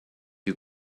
you